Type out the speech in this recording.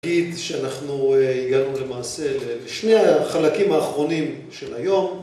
להגיד שאנחנו הגענו למעשה לשני החלקים האחרונים של היום